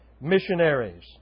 missionaries